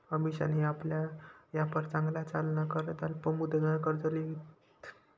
अमिशानी आपला यापार चांगला चालाना करता अल्प मुदतनं कर्ज ल्हिदं